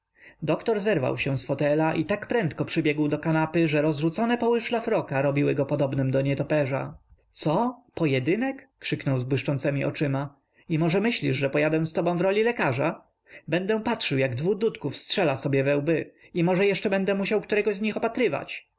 doktor zerwał się z fotelu i tak prędko przybiegł do kanapy że rozrzucone poły szlafroka robiły go podobnym do nietoperza co pojedynek krzyknął z błyszczącemi oczyma i może myślisz że pojadę z tobą w roli lekarza będę patrzył jak dwu dudków strzela sobie we łby i może jeszcze będę musiał którego z nich opatrywać